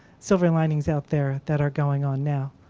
silver linings out there that are going on now.